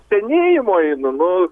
senėjimu einu nu